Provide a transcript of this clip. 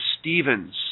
Stevens